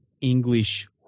English